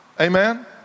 amen